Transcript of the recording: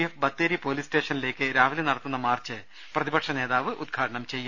F Bathery police സ്റ്റേഷനിലേക്ക് രാവിലെ നടത്തുന്ന മാർച്ച് പ്രതിപക്ഷ നേതാവ് ഉദ്ഘാടനം ചെയ്യും